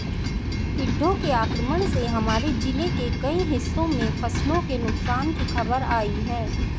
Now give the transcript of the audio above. टिड्डों के आक्रमण से हमारे जिले के कई हिस्सों में फसलों के नुकसान की खबर आई है